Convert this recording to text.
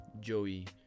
joey